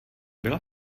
byla